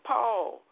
Paul